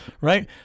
Right